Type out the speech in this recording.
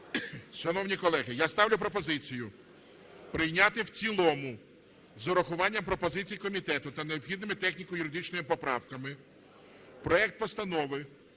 Шановні колеги, я ставлю пропозицію прийняти в цілому з урахуванням пропозицій комітету та необхідними техніко-юридичними поправками проект Постанови